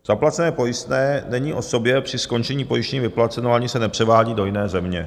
Zaplacené pojistné není osobě při skončení pojištění vyplaceno ani se nepřevádí do jiné země.